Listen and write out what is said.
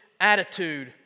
attitude